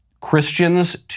Christians